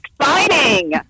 exciting